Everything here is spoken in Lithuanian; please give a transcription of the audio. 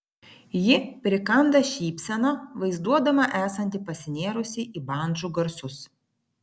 ji prikanda šypseną vaizduodama esanti pasinėrusi į bandžų garsus